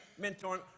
mentoring